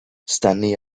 stanley